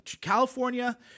California